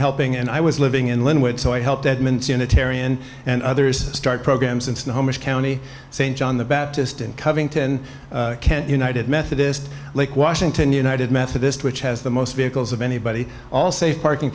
helping and i was living in lynnwood so i helped edmonds unitarian and others start programs in snohomish county st john the baptist in covington can't united methodist like washington united methodist which has the most vehicles of anybody all safe parking